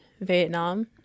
Vietnam